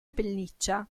pelliccia